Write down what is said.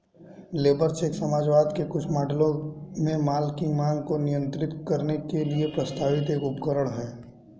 labour cheque समाजवाद के कुछ मॉडलों में माल की मांग को नियंत्रित करने के लिए प्रस्तावित एक उपकरण है